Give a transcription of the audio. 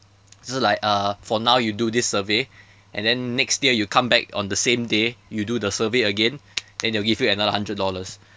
so like uh for now you do this survey and then next year you come back on the same day you do the survey again then they will give you another hundred dollars